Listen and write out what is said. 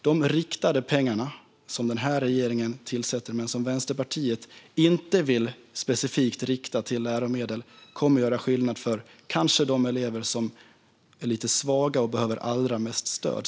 De riktade pengar som den här regeringen tillför, men som Vänsterpartiet inte vill specifikt rikta till läromedel, kommer att göra skillnad för de elever som är lite svaga och behöver allra mest stöd.